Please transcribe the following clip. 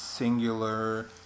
singular